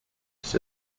his